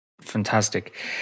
Fantastic